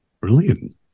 Brilliant